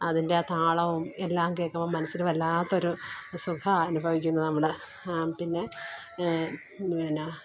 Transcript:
അതിൻ്റെ ആ താളവും എല്ലാം കേൾക്കുമ്പോൾ മനസ്സില് വല്ലാത്തൊരു സുഖമാണ് അനുഭവിക്കുന്നത് നമ്മള് പിന്നേ പിന്നെ